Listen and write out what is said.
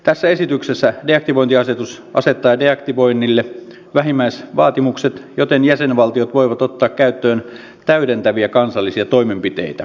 tässä esityksessä deaktivointiasetus asettaa deaktivoinnille vähimmäisvaatimukset joten jäsenvaltiot voivat ottaa käyttöön täydentäviä kansallisia toimenpiteitä